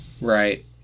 Right